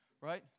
right